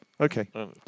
Okay